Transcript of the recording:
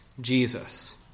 Jesus